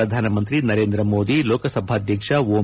ಪ್ರಧಾನಮಂತ್ರಿ ನರೇಂದ್ರ ಮೋದಿ ಲೋಕಸಭಾದ್ಯಕ್ಷ ಓಂ